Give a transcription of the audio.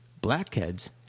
blackheads